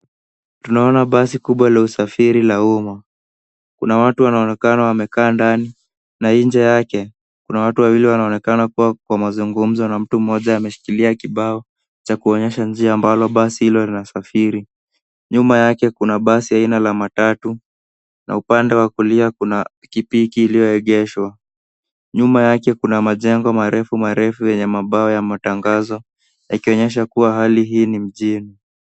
Tunaona basi kubwa la usafiri la umma. Kuna watu wanaonekana wamekaa ndani na nje yake kuna watu wawili wanaonekana kuwa mazungumzo na mtu mmoja ameshikilia kibao cha kuonyesha njia ambalo basi hilo linasafiri. Nyuma yake kuna basi aina ya matatu na upande wa kulia kuna pikipiki iliyoegeshwa. Nyuma yake kuna majengo marefu marefu yenye mabao ya matangazo yakionyesha kuwa hali hii ni mjini.